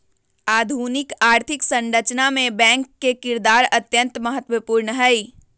आधुनिक आर्थिक संरचना मे बैंक के किरदार अत्यंत महत्वपूर्ण हई